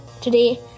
Today